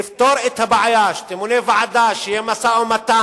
לפתור את הבעיה, שתמונה ועדה, שיהיה משא-ומתן.